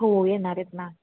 हो येणार आहेत ना